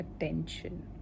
attention